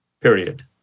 period